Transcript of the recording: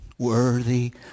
Worthy